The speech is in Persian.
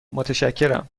متشکرم